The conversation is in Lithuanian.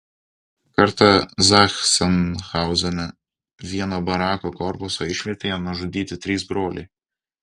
kartą zachsenhauzene vieno barako korpuso išvietėje nužudyti trys broliai